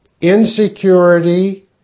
insecurity